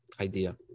idea